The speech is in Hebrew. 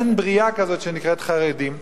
אין ברייה כזאת שנקראת חרדים.